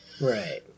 Right